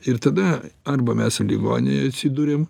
ir tada arba mes ligoninėj atsiduriam